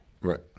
right